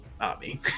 army